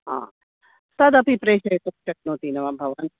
आ तदपि प्रेषयतुं शक्नोति न वा भवान्